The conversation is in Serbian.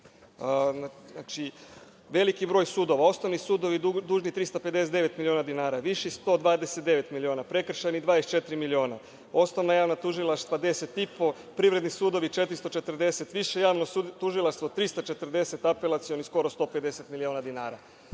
veliki broj sudova. Osnovni sudovi dužni su 359 miliona dinara, Viši 129 miliona, prekršajni 24 miliona, Osnovna javna tužilaštva 10,5 miliona, Privredni sudovi 440 miliona, Više javno tužilaštvo 340 miliona i Apelacioni skoro 150 miliona dinara.